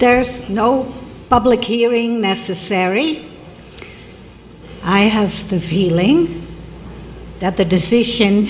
there's no public hearing necessary i have the feeling that the decision